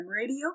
radio